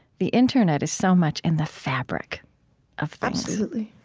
the internet is so much in the fabric of things absolutely.